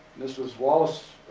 this was wallace,